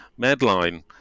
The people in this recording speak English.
Medline